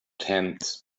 tent